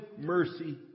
mercy